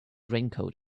raincoat